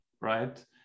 right